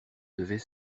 devait